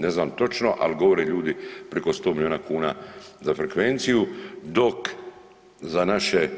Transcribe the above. Ne znam točno, ali govore ljudi preko 100 milijuna kuna za frekvenciju, dok za naše